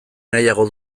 nahiago